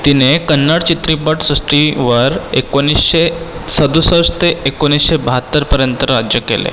तिने कन्नड चित्रपटसृष्टीवर एकोणीसशे सदुसष्ट ते एकोणीसशे बहात्तरपर्यंत राज्य केले